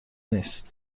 نیست